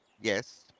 Yes